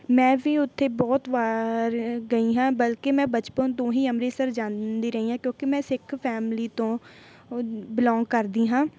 ਮੈਂ ਵੀ ਉੱਥੇ ਬਹੁਤ ਵਾਰ ਗਈ ਹਾਂ ਬਲਕਿ ਮੈਂ ਬਚਪਨ ਤੋਂ ਹੀ ਅੰਮ੍ਰਿਤਸਰ ਜਾਂਦੀ ਰਹੀ ਹਾਂ ਕਿਉਂਕਿ ਮੈਂ ਸਿੱਖ ਫੈਮਿਲੀ ਤੋਂ ਬਿਲੋਂਗ ਕਰਦੀ ਹਾਂ